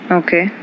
okay